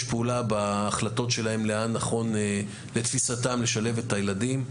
פעולה בהחלטות שלהם לאן נכון לתפיסתם לשלב את הילדים.